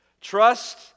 trust